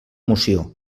moció